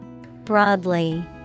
broadly